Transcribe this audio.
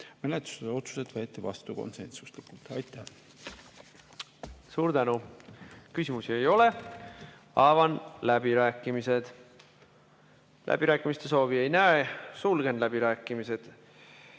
Menetlusotsused võeti vastu konsensuslikult. Suur tänu! Küsimusi ei ole. Avan läbirääkimised. Läbirääkimiste soovi ei näe, sulgen läbirääkimised.